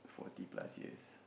forty plus years